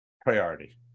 priority